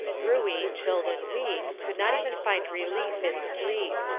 ruey, chilled and weak, could not even find relief in sleep.